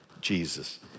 Jesus